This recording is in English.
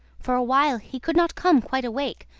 for a while he could not come quite awake,